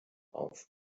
auf